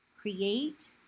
create